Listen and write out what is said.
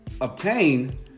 obtain